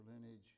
lineage